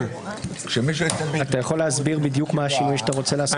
אתה יכול להסביר בדיוק מה השינוי שאתה רוצה לעשות?